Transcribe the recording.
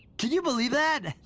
can you believe that.